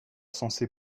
censé